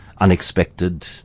unexpected